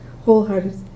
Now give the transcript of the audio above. wholehearted